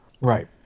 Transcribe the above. Right